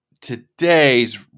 today's